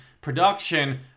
production